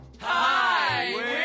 hi